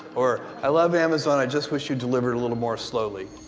or, i love amazon. i just wish you delivered a little more slowly.